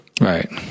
Right